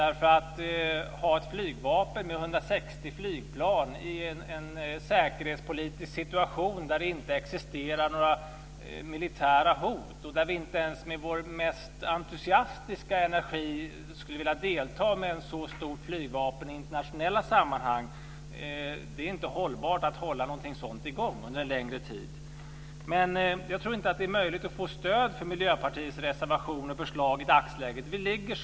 Det är inte hållbart att ha ett flygvapen med 160 flygplan i en säkerhetspolitisk situation där det inte existerar några militära hot och där vi inte ens med vår mest entusiastiska energi skulle vilja delta med ett så stort flygvapen i internationella sammanhang under en längre tid. Men jag tror inte att det är möjligt att få stöd för Miljöpartiets reservation och förslag i dagsläget.